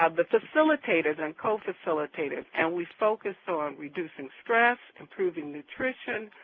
um the facilitators and co-facilitators and we focus so on reducing stress, improving nutrition,